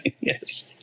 Yes